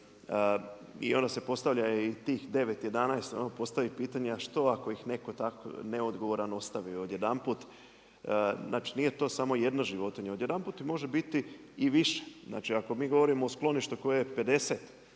I onda se postavlja i tih 9, 11, a ono postavi pitanje a što ako ih netko tako neodgovaran ostavi odjedanput. Znači nije to samo jedna životinja, odjedanput ih može biti i više. Znači ako mi govorimo o skloništu koje u